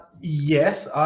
Yes